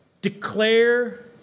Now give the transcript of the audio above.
declare